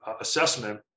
assessment